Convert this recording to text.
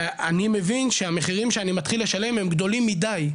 ואני מבין שהמחירים שאני מתחיל לשלם הם גדולים מידי,